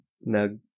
nag